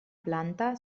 planta